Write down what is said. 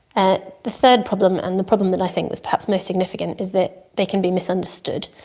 ah the third problem and the problem that i think is perhaps most significant is that they can be misunderstood,